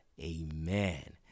Amen